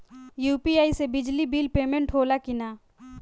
UPI से बिजली bill payment होला कि न?